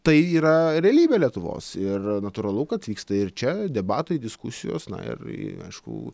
tai yra realybė lietuvos ir natūralu kad vyksta ir čia debatai diskusijos na ir ir aišku